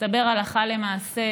מסתבר שהלכה למעשה,